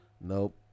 Nope